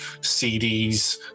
CDs